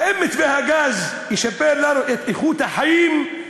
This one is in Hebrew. האם מתווה הגז ישפר לנו את איכות החיים,